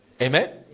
Amen